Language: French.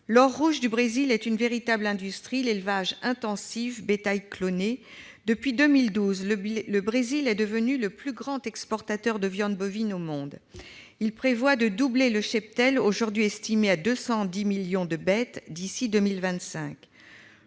L'or rouge du Brésil est une véritable industrie : élevage intensif, bétail cloné. Depuis 2012, le Brésil est devenu le plus grand exportateur de viande bovine au monde. Il prévoit de doubler le cheptel, aujourd'hui estimé à 210 millions de bêtes, d'ici à 2025.